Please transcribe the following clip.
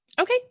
Okay